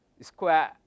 square